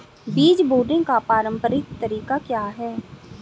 बीज बोने का पारंपरिक तरीका क्या है?